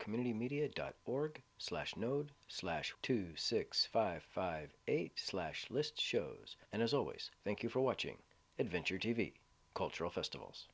community media dot org slash node slash two six five five eight slash list shows and as always thank you for watching adventure t v cultural festivals